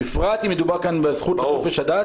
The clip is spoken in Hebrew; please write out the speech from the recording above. בפרט אם מדובר כאן בזכות לחופש הדת.